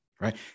right